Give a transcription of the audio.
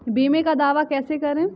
बीमे का दावा कैसे करें?